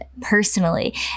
personally